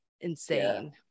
insane